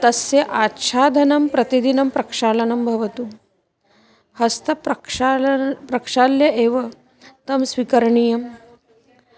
तस्य आच्छादनं प्रतिदिनं प्रक्षालनं भवतु हस्तप्रक्षालनं प्रक्षाल्य एव तं स्वीकरणीयम्